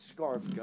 Scarf